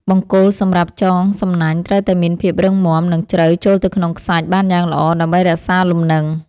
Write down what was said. បង្គោលសម្រាប់ចងសំណាញ់ត្រូវតែមានភាពរឹងមាំ និងជ្រៅចូលទៅក្នុងខ្សាច់បានយ៉ាងល្អ ដើម្បីរក្សាលំនឹង។